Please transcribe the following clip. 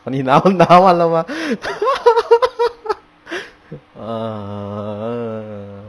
oh 你拿你那完了吗 err